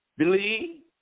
Believe